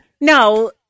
no